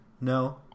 no